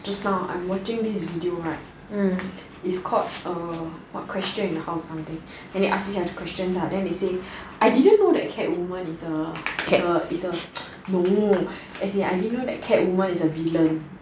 just now I'm watching this video right is called err what question in the the house something and then ask this questions ah then they say I didn't know that catwoman is a is a no as in I didn't know that catwoman is a villain